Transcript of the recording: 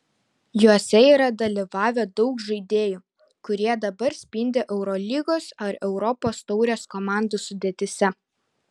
juose yra dalyvavę daug žaidėjų kurie dabar spindi eurolygos ar europos taurės komandų sudėtyse